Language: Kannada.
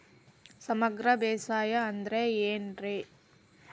ಸಮಗ್ರ ಬೇಸಾಯ ಅಂದ್ರ ಏನ್ ರೇ?